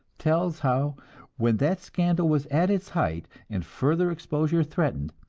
tells how when that scandal was at its height, and further exposure threatened,